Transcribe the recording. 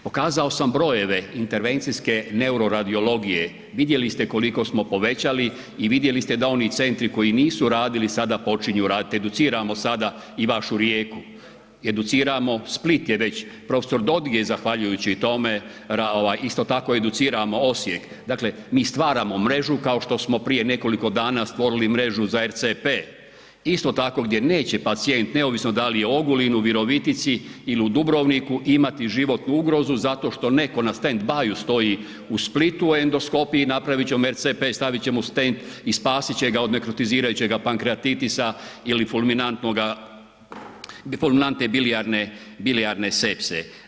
Pokazao sam brojeve intervencijske neuroradiologije, vidjeli ste koliko smo povećali i vidjeli ste da oni centri koji nisu radili, sada počinju raditi, educiramo sada i vašu Rijeku, Split je već, prof. Dodig je zahvaljujući tome, isto tako educiramo Osijek, dakle mi stvaramo mrežu kao što smo prije nekoliko dana stvorili mrežu za ERCP isto tako gdje neće pacijent neovisno da li je u Ogulinu, Virovitici ili u Dubrovniku, imati životnu ugrozu zato što netko na standby-ju stoji u Splitu u endoskopiji, napravit će … [[Govornik se ne razumije]] stavit će mu stent i spasit će ga od nekrotizirajućega pankreatitisa ili fulminantnoga ili fulminantne bilijarne, bilijarne sepse.